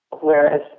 whereas